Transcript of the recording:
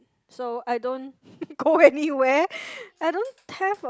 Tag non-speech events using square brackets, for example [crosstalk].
so I don't go anywhere [laughs] I don't have a